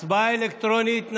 הצבעה אלקטרונית.